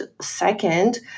second